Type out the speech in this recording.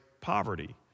poverty